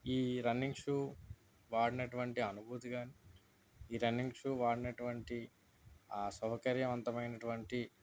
ఈ running shoe వాడిన అటువంటి అనుభూతి కానీ ఈ రన్నింగ్ షూ వాడిన అటువంటి ఆ సౌకర్యంవంతమైనటువంటి